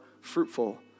fruitful